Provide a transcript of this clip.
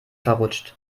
verrutscht